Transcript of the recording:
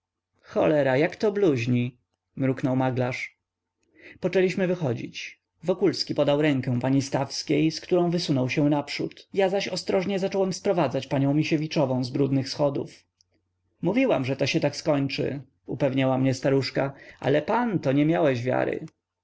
cholera jak to bluźni mruknął maglarz poczęliśmy wychodzić wokulski podał rękę pani stawskiej z którą wysunął się naprzód ja zaś ostrożnie zacząłem sprowadzać panią misiewiczową z brudnych schodów mówiłam że się tak skończy upewniała mnie staruszka ale pan to nie miałeś wiary